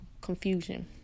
confusion